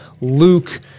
Luke